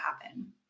happen